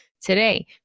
today